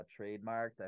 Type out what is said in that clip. trademarked